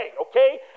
okay